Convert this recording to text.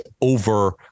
over